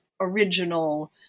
original